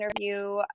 interview